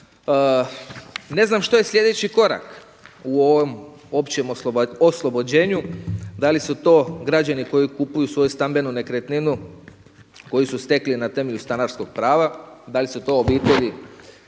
Ne znam što je sljedeći korak u ovom općem oslobođenju, da li su to građani koji kupuju svoju stambenu nekretninu koju su stekli na temelju stanarskog prava, da li su to obitelji